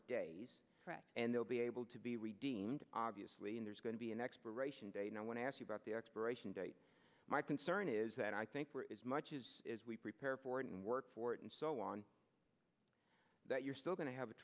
days and they'll be able to be redeemed obviously and there's going to be an expiration date now when i ask you about the expiration date my concern is that i think where is much is is we prepared for it and work for it and so on that you're still going to have a